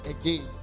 again